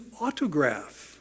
autograph